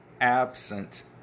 absent